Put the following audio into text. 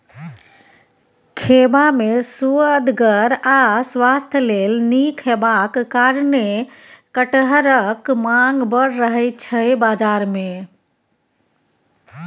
खेबा मे सुअदगर आ स्वास्थ्य लेल नीक हेबाक कारणेँ कटहरक माँग बड़ रहय छै बजार मे